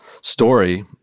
story